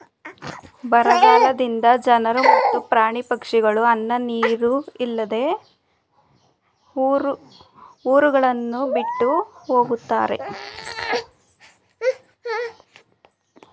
ಬರಗಾಲದಿಂದ ಜನರು ಮತ್ತು ಪ್ರಾಣಿ ಪಕ್ಷಿಗಳು ಅನ್ನ ನೀರಿಲ್ಲದೆ ಊರುಗಳನ್ನು ಬಿಟ್ಟು ಹೊಗತ್ತರೆ